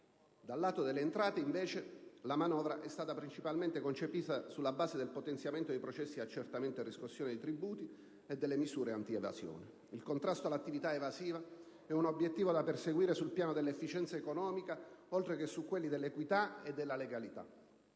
Dal lato delle entrate, invece, la manovra è stata principalmente concepita sulla base del potenziamento dei processi di accertamento e riscossione dei tributi e delle misure antievasione. Il contrasto all'attività evasiva è un obiettivo da perseguire sul piano dell'efficienza economica, oltre che su quelli dell'equità e della legalità.